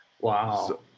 Wow